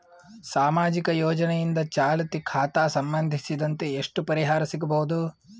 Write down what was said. ಸಾಮಾಜಿಕ ಯೋಜನೆಯಿಂದ ಚಾಲತಿ ಖಾತಾ ಸಂಬಂಧಿಸಿದಂತೆ ಎಷ್ಟು ಪರಿಹಾರ ಸಿಗಬಹುದು?